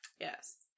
yes